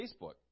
Facebook